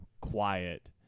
quiet